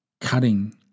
cutting